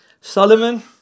Solomon